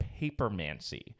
papermancy